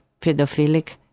Pedophilic